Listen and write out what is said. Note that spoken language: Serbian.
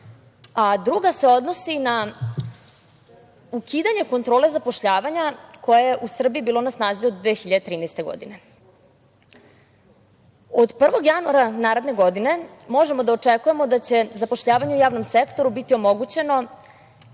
a druga se odnosi na ukidanje kontrole zapošljavanja koja je u Srbiji bila na snazi od 2013. godine. Od 1. januara naredne godine možemo da očekujemo da će zapošljavanje u javnom sektoru biti omogućeno